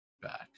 back